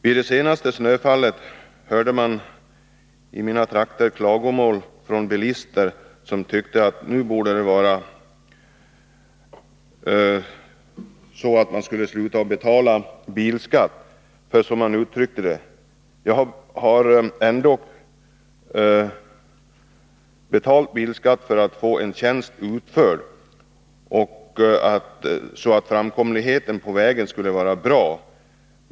Vid det senaste snöfallet hördes i mina trakter klagomål från bilister som tyckte att man nu borde sluta betala bilskatt. Man sade: ”Jag har betalat bilskatt för att få en tjänst utförd, för att framkomligheten på vägarna skulle vara bra.